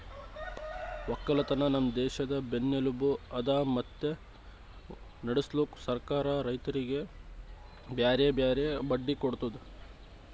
ಒಕ್ಕಲತನ ನಮ್ ದೇಶದ್ ಬೆನ್ನೆಲುಬು ಅದಾ ಮತ್ತೆ ನಡುಸ್ಲುಕ್ ಸರ್ಕಾರ ರೈತರಿಗಿ ಬ್ಯಾರೆ ಬ್ಯಾರೆ ಬಡ್ಡಿ ಕೊಡ್ತುದ್